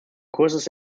courses